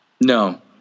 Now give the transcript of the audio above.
No